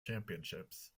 championships